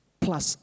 plus